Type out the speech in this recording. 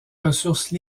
ressources